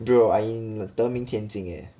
bro I in 德明田径 leh